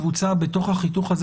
האם יש פה קבוצה בתוך החיתוך הזה,